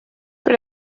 per